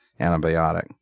antibiotic